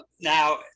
Now